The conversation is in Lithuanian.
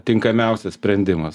tinkamiausias sprendimas